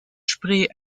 spree